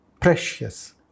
Precious